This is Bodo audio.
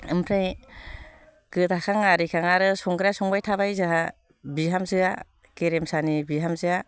ओमफ्राय गोदाखां आरिखां आरो संग्राया संबाय थाबाय जोंहा बिहामजोआ गेरेमसानि बिहामजोआ